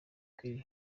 kelly